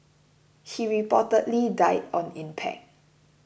he reportedly died on impact